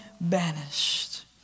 banished